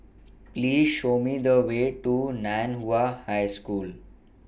Please Show Me The Way to NAN Hua High School